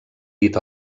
dit